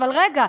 אבל רגע,